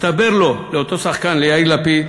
הסתבר לו, לאותו שחקן, ליאיר לפיד,